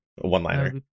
one-liner